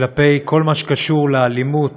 כלפי כל מה שקשור לאלימות